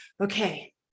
okay